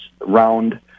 round